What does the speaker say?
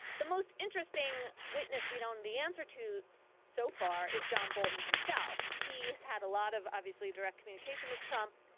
the most interesting witness we don't know the answer to so far is john bolton himself. he's had a lot of obviously direct communication with trump.